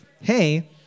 hey